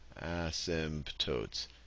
Asymptotes